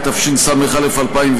התשס"א 2001,